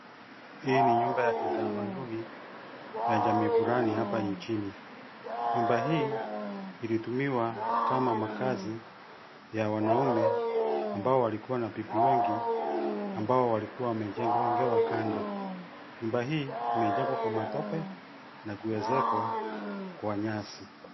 Hii ni nyumba ya kitamaduni, ya jamii flani hapa nchini. Nyumba hii ilitumiwa kama makaazi ya wanaume ambao walikuwa na bibi wengi ambao walikuwa wamejengewa kando. Nyumba hii imejengwa kwa matope na kuezekwa kwa nyasi.